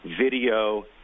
video